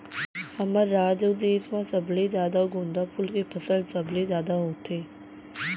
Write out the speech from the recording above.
हमर राज अउ देस म सबले जादा गोंदा फूल के फसल सबले जादा होथे